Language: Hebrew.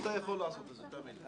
אתה יכול לעשות את זה, תאמין לי.